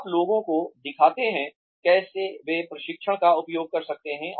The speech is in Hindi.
आप लोगों को दिखाते हैं कैसे वे प्रशिक्षण का उपयोग कर सकते हैं